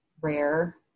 rare